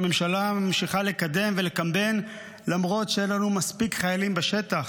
שהממשלה ממשיכה לקדם ולקמבן למרות שאין לנו מספיק חיילים בשטח,